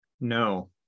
no